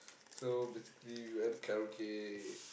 so basically we went karaoke